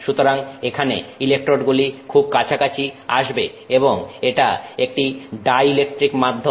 সুতরাং এখানে ইলেকট্রোডগুলি খুব কাছাকাছি আসবে এবং এটা একটি ডাই ইলেকট্রিক মাধ্যম